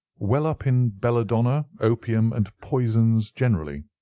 well up in belladonna, opium, and poisons generally.